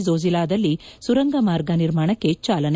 ಝೋಜಿಲಾದಲ್ಲಿ ಸುರಂಗ ಮಾರ್ಗ ನಿರ್ಮಾಣಕ್ಕೆ ಚಾಲನೆ